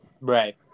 Right